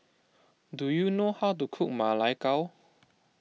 do you know how to cook Ma Lai Gao